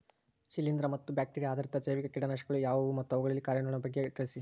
ಶಿಲೇಂದ್ರ ಮತ್ತು ಬ್ಯಾಕ್ಟಿರಿಯಾ ಆಧಾರಿತ ಜೈವಿಕ ಕೇಟನಾಶಕಗಳು ಯಾವುವು ಮತ್ತು ಅವುಗಳ ಕಾರ್ಯನಿರ್ವಹಣೆಯ ಬಗ್ಗೆ ತಿಳಿಸಿ?